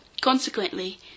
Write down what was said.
Consequently